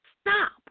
Stop